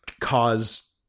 cause